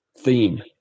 theme